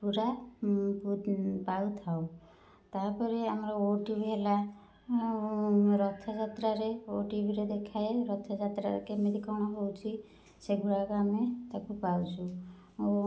ପୁରା ପାଉଥାଉ ତାପରେ ଆମର ଓଟିଭି ହେଲା ରଥଯାତ୍ରାରେ ଓଟିଭିରେ ଦେଖାଏ ରଥଯାତ୍ରାରେ କେମିତି କ'ଣ ହେଉଛି ସେଗୁଡ଼ାକ ଆମେ ତାକୁ ପାଉଛୁ ଆଉ